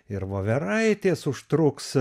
ir voveraitės užtruks